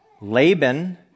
Laban